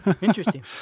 Interesting